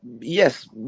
yes